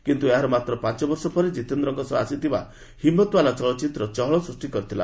କିନ୍ତୁ ଏହାର ମାତ୍ର ପାଞ୍ଚ ବର୍ଷ ପରେ ଜିତେନ୍ଦ୍ରଙ୍କ ସହ ଆସିଥିବା 'ହିନ୍ନତୱାଲା' ଚଳଚ୍ଚିତ୍ର ଚହଳ ସୃଷ୍ଟି କରିଥିଲା